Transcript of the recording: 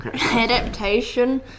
Adaptation